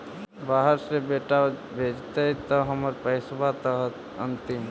बाहर से बेटा भेजतय त हमर पैसाबा त अंतिम?